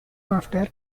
after